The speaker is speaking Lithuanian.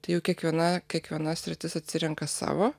tai jau kiekviena kiekviena sritis atsirenka savo